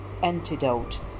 Antidote